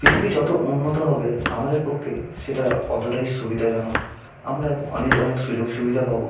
পৃথিবী যতো উন্নত হবে আমাদের পক্ষে সেটা অতোটাই সুবিধাজনক আমরা অনেক অনেক সুযোগ সুবিধা পাবো